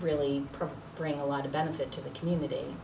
really bring a lot of benefit to the community